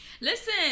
listen